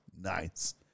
Nice